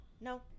No